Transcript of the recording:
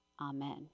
amen